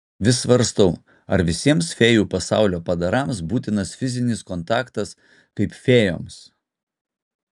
vis svarstau ar visiems fėjų pasaulio padarams būtinas fizinis kontaktas kaip fėjoms